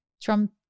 Trump